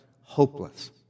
hopeless